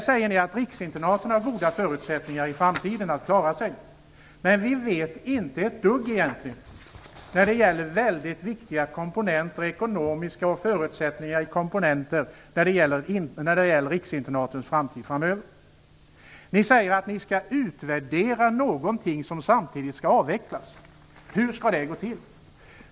Ni säger att riksinternaten har goda möjligheter att klara sig i framtiden. Men egentligen vet vi inte ett dugg om sådana viktiga komponenter som de ekonomiska förutsättningarna för riksinternatens framtid. Ni säger att ni skall utvärdera någonting som samtidigt skall avvecklas. Hur skall det gå till?